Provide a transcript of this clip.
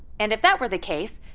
and if that were the case,